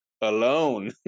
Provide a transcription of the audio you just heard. alone